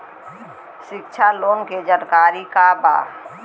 शिक्षा लोन के जानकारी का बा?